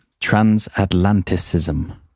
Transatlanticism